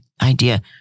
idea